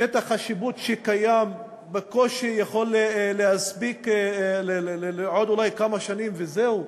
ושטח השיפוט שקיים בקושי יכול להספיק אולי לעוד כמה שנים וזהו.